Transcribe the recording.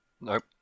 Nope